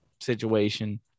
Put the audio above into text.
situation